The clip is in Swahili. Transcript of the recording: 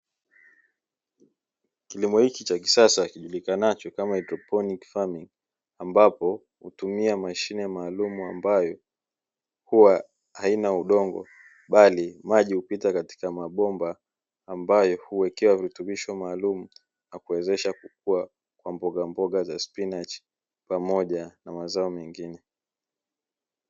Kilimo cha kisasa kijulikanacho kama haidroponi ambapo hutumia mashine maalumu, ambayo huwa haina udongo bali maji hupita katika mabomba ambayo huwekewa virutubisho maalumu na kuwezesha kukua kwa mbogamboga kama spinachi pamoja na mazao mengine.